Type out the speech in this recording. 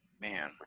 man